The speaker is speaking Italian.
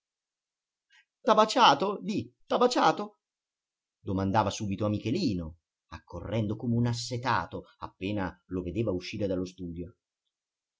t'ha baciato di t'ha baciato domandava subito a michelino accorrendo come un assetato appena lo vedeva uscire dallo studio